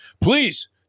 please